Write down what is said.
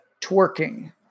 twerking